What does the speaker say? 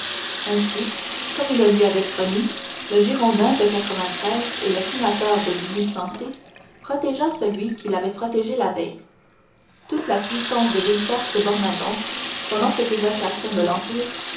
ainsi comme il le lui avait promis le girondin de et le sénateur de protégea celui qui l'avait protégé la veille toute la puissance de villefort se borna donc pendant cette évocation de l'empire